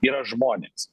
yra žmonės